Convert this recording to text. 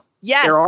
Yes